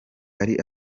hari